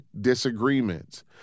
disagreements